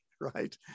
right